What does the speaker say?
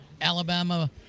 Alabama